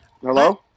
Hello